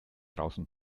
draußen